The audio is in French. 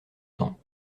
temps